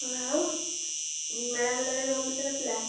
ଆଉ ମେଳା ବୁଲାବୁଲି ଭଲସେ କଟିଲା